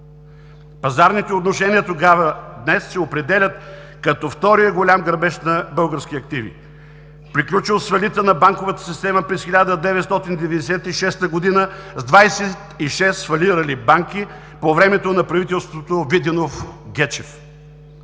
Пазарните отношения от тогава до днес се определят като втория голям грабеж на български активи, приключил с фалита на банковата система през 1996 г., с 26 фалирали банки по времето на правителството Виденов – Гечев.